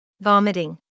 Vomiting